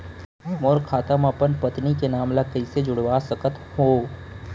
मोर खाता म अपन पत्नी के नाम ल कैसे जुड़वा सकत हो?